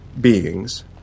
beings